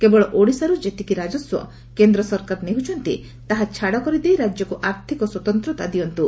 କେବଳ ଓଡିଶାରୁ ଯେତିକି ରାଜସ୍ୱ କେନ୍ଦ୍ର ସରକାର ନେଉଛନ୍ତି ତାହା ଛାଡ କରିଦେଇ ରାଜ୍ୟକୁ ଆର୍ଥିକ ସ୍ୱତନ୍ତତା ଦିଅନ୍ତୁ